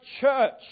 church